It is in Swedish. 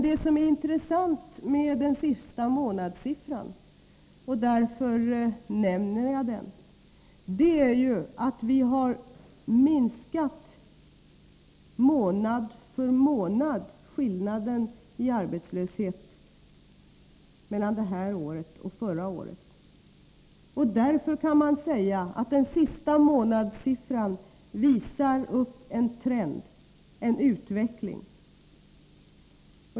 den — är att vi månad för månad har minskat skillnaden i arbetslöshet mellan det här året och förra året. Därför kan man säga att den senaste månadssiffran visar upp en trend, en utveckling.